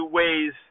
ways